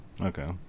Okay